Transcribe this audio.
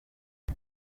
det